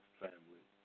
family